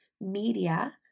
media